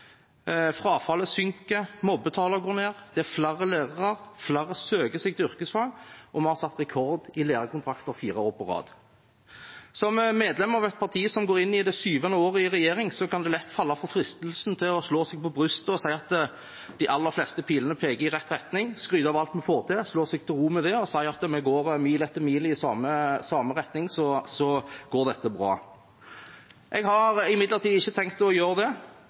frafallet synker, mobbetallene går ned, det er flere lærere, flere søker seg til yrkesfag, og vi har satt rekord i lærekontrakter fire år på rad. Som medlem av et parti som går inn i det syvende året i regjering, kan man lett falle for fristelsen til å slå seg på brystet og si at de aller fleste pilene peker i rett retning, skryte av alt vi får til, slå seg til ro med det og si at vi går mil etter mil i samme retning, så dette går bra. Jeg har imidlertid ikke tenkt å gjøre det.